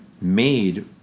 made